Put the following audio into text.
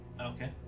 Okay